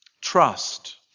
Trust